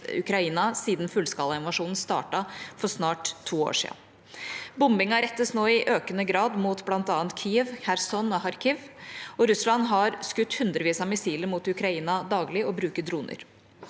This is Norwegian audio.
siden fullskalainvasjonen startet for snart to år siden. Bombingen rettes nå i økende grad mot bl.a. Kyiv, Kherson og Kharkiv. Russland har daglig skutt hundrevis av missiler mot Ukraina og bruker droner.